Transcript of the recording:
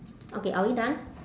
okay are we done